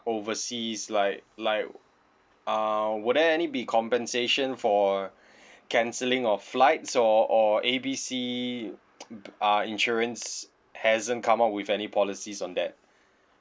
overseas like like err will there any be compensation for cancelling of flights or or A B C uh insurance hasn't come up with any policies on that